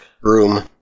room